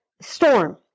storm